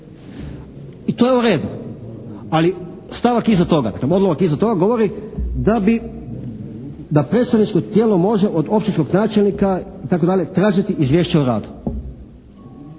I to je u redu. Ali stavak iza toga, dakle odlomak iza toga govori da bi, da predstavničko tijelo može od općinskog načelnika i tako dalje tražiti izvješće o radu.